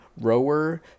rower